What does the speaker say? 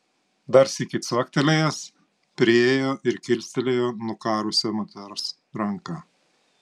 dar sykį cvaktelėjęs priėjo ir kilstelėjo nukarusią moters ranką